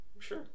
sure